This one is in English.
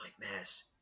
nightmares